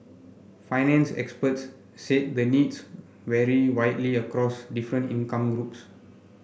finance experts said the needs vary widely across different income groups